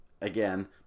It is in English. again